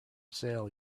sale